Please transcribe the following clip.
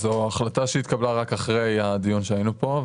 זו החלטה שהתקבלה רק אחרי הדיון שהיינו פה,